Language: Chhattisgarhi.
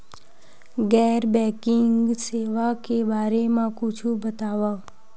गैर बैंकिंग सेवा के बारे म कुछु बतावव?